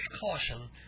caution